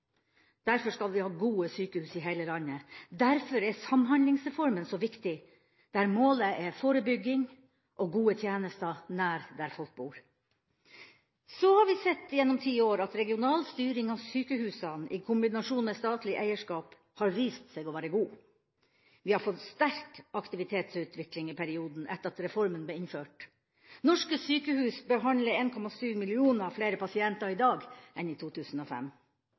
Derfor skal vi ha gode sykehus i heile landet, og derfor er Samhandlingsreformen så viktig, der målet er forebygging og gode tjenester nær der folk bor. Vi har sett gjennom ti år at regional styring av sykehusene, i kombinasjon med statlig eierskap, har vist seg å være god. Vi har fått sterk aktivitetsutvikling i perioden etter at reformen ble innført. Norske sykehus behandler 1,7 millioner flere pasienter i dag enn i 2005.